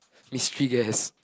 mystery guess